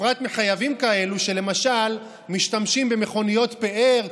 בפרט חייבים כאלו שלמשל משתמשים במכוניות פאר,